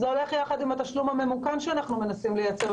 זה הולך יחד עם התשלום הממוכן שאנחנו מנסים לייצר,